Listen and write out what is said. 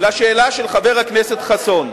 על השאלה של חבר הכנסת חסון.